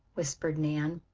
whispered nan.